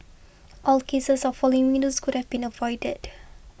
all cases of falling windows could have been avoided